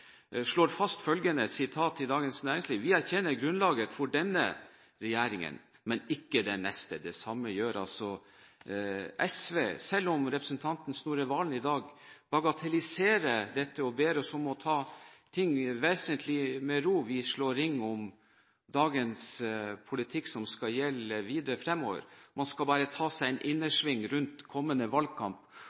i dag: «Vi erkjenner grunnlaget for denne regjeringen, men ikke den neste.» Det samme gjør SV, selv om representanten Snorre Serigstad Valen i dag bagatelliserer dette og ber oss om å ta ting vesentlig med ro: Vi slår ring om dagens politikk, som skal gjelde videre fremover – man skal bare ta seg en innersving rundt kommende valgkamp